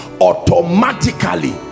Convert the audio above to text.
automatically